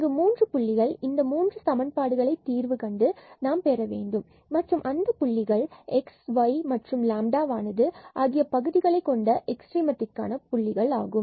இங்கு மூன்று புள்ளிகளை இந்த மூன்று சமன்பாடுகளை தீர்வு கண்டு நாம் பெற வேண்டும் மற்றும் அந்த புள்ளிகள் x y and λ ஆகிய பகுதிகளைக் கொண்ட எக்ஸ்ட்ரீமம் புள்ளிகள் ஆகும்